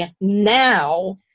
now